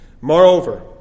Moreover